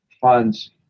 funds